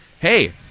hey